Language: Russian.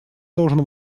должен